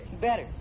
Better